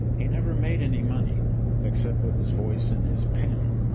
he never made any money except with his voice and his pen.